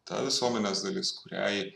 ta visuomenės dalis kuriai